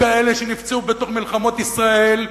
כאלה שנפצעו במלחמות ישראל.